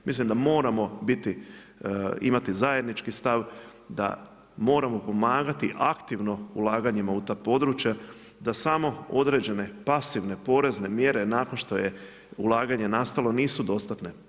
Mislim da moramo biti, imati zajednički stav, da moramo pomagati aktivno ulaganjima u ta područja, da samo određene pasivne porezne mjere nakon što je ulaganje nastalo nisu dostatne.